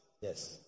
yes